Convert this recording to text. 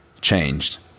changed